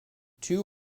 two